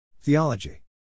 Theology